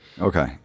Okay